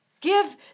give